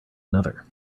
another